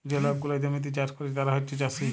যে লক গুলা জমিতে চাষ ক্যরে তারা হছে চাষী